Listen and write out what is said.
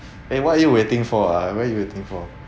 eh what are you waiting for ah what are you waiting for